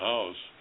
House